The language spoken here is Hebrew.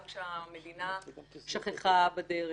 גם כשהמדינה שכחה בדרך.